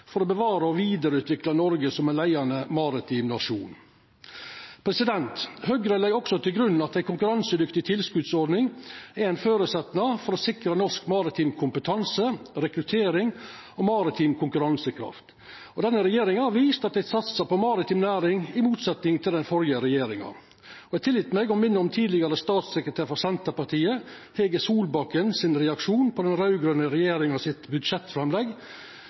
for å bevara og vidareutvikla Noreg som ein leiande maritim nasjon. Høgre legg òg til grunn at ei konkurransedyktig tilskotsordning er ein føresetnad for å sikra norsk maritim kompetanse, rekruttering og konkurransekraft. Denne regjeringa har vist at dei satsar på maritim næring, i motsetnad til den førre regjeringa. Eg tillèt meg å minna om tidlegare statssekretær frå Senterpartiet Hege Solbakken sin reaksjon på den raud-grøne regjeringa sitt siste budsjettframlegg,